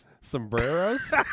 sombreros